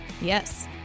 Yes